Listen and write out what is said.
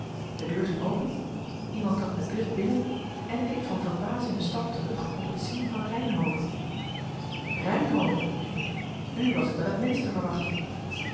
de deur ging open iemand trad met drift binnen en ik deed van verbazing een stap terug op het zien van reynhove reynhove riep ik u was ik wel het minst te verwachten